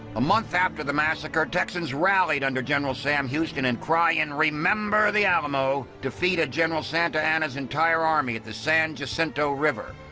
a month after the massacre, texans rallied under general sam houston and crying, and remember the alamo, defeated general santa anna's entire army at the san jacinto river.